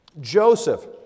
Joseph